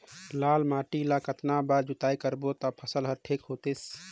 लाल माटी ला कतना बार जुताई करबो ता फसल ठीक होती?